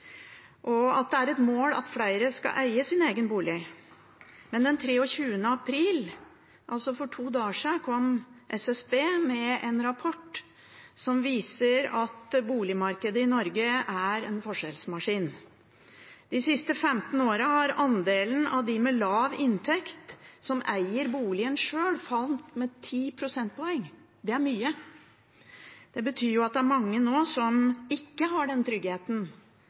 og at det er et mål at flere skal eie sin egen bolig. Men den 23. april, altså for to dager siden, kom SSB med en rapport som viser at boligmarkedet i Norge er en forskjellsmaskin. De siste 15 årene har andelen av dem med lav inntekt som eier boligen selv, falt med 10 prosentpoeng. Det er mye. Det betyr jo at det er mange nå som ikke har den tryggheten